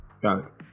Got